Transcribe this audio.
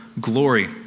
glory